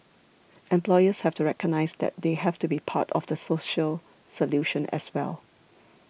employers have to recognise that they have to be part of the social solution as well